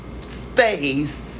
space